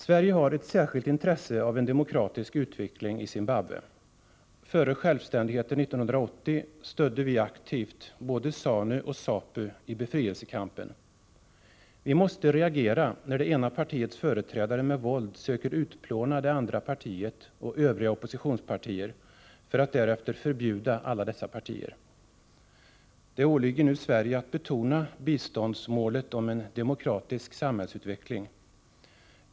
Sverige har ett särskilt intresse av en demokratisk utveckling i Zimbabwe. Före självständigheten 1980 stödde vi aktivt både ZANU och ZAPU i befrielsekampen. Vi måste reagera när det ena partiets företrädare med våld söker utplåna det andra partiet och övriga oppositionspartier och därefter förbjuda alla dessa partier. Det åligger nu Sverige att betona biståndsmålet om en demokratisk samhällsutveckling.